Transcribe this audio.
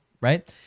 right